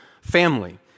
family